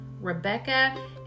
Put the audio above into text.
rebecca